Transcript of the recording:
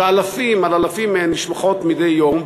שאלפים על אלפים מהן נשלחות מדי יום,